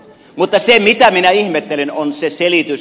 mutta se mitä minä ihmettelen on se selitys